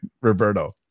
Roberto